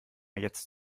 jetzt